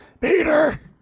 Peter